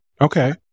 Okay